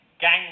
gang